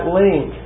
link